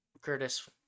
Curtis